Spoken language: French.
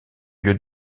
lieu